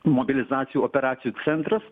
mobilizacijų operacijų centras